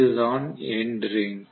இதுதான் end ring